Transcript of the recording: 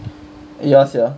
eh ya sia